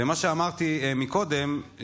ומה שאמרתי קודם,